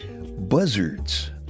Buzzards